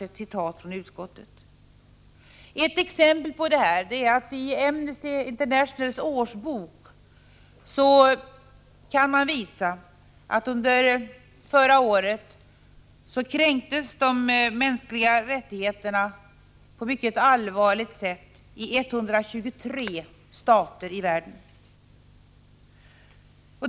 Ett exempel på detta är att man i Amnesty Internationals årsbok kan visa att under förra året kränktes de mänskliga rättigheterna på ett mycket allvarligt sätt i 123 stater i världen.